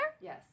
Yes